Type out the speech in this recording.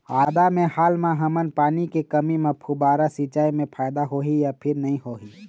आदा मे हाल मा हमन पानी के कमी म फुब्बारा सिचाई मे फायदा होही या फिर नई होही?